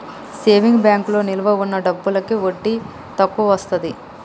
saving బ్యాంకులో నిలవ ఉన్న డబ్బులకి వడ్డీ తక్కువొస్తది